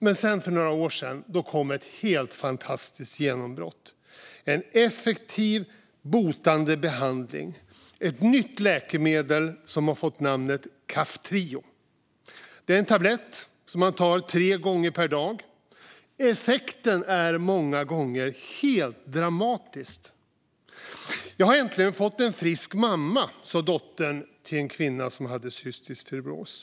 Men för några år sedan kom ett helt fantastiskt genombrott i och med en effektiv, botande behandling med ett nytt läkemedel som har fått namnet Kaftrio. Det är en tablett som man tar tre gånger per dag. Effekten är många gånger helt dramatisk. Jag har äntligen fått en frisk mamma, sa dottern till en kvinna som har cystisk fibros.